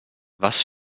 was